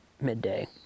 midday